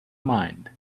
mind